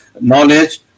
knowledge